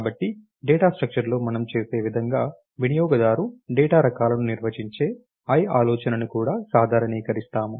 కాబట్టి డేటా స్ట్రక్చర్లో మనం చేసే విధంగా వినియోగదారు డేటా రకాలను నిర్వచించే i ఆలోచనను కూడా సాధారణీకరిస్తాము